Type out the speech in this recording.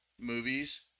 movies